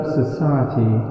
society